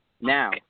Now